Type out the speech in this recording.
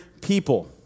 people